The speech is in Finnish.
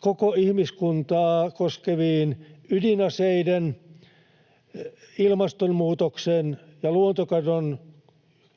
koko ihmiskuntaa koskeviin ydinaseiden, ilmastonmuutoksen ja luontokadon